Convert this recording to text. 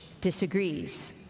disagrees